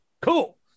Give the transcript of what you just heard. cool